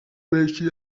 benshi